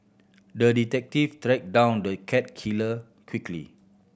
the detective tracked down the cat killer quickly